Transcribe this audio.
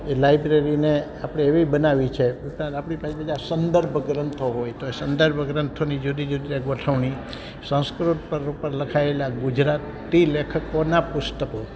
એ લાઈબ્રેરીને આપણે એવી બનાવવી છે આપણી પાંસે જે બધા સંદર્ભ ગ્રંથો હોય તો એ સંદર્ભ ગ્રંથોની જુદી જુદી રીતે ગોઠવણી સંસ્કૃત પર ઉપર લખાયેલા ગુજરાતી લેખકોના પુસ્તકો